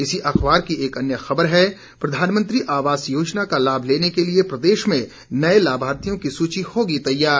इसी अखबार की एक अन्य खबर है प्रधानमंत्री आवास योजना का लाभ लेने के लिये प्रदेश में नए लाभार्थियों की सूची होगी तैयार